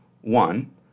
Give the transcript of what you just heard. One